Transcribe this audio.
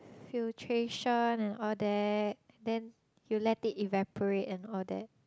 filtration and all that then you let it evaporate and all that